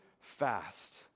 fast